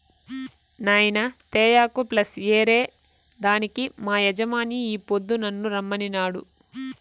నాయినా తేయాకు ప్లస్ ఏరే దానికి మా యజమాని ఈ పొద్దు నన్ను రమ్మనినాడు